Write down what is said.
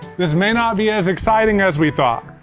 this may not be as exciting as we thought.